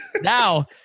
now